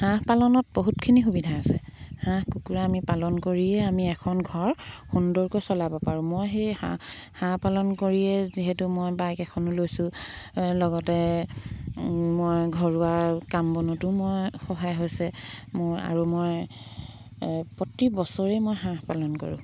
হাঁহ পালনত বহুতখিনি সুবিধা আছে হাঁহ কুকুৰা আমি পালন কৰিয়ে আমি এখন ঘৰ সুন্দৰকৈ চলাব পাৰোঁ মই সেই হাঁহ হাঁহ পালন কৰিয়ে যিহেতু মই বাইক এখনো লৈছোঁ লগতে মই ঘৰুৱা কাম বনতো মই সহায় হৈছে মোৰ আৰু মই প্ৰতি বছৰেই মই হাঁহ পালন কৰোঁ